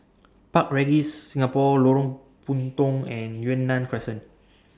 Park Regis Singapore Lorong Puntong and Yunnan Crescent